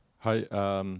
Hi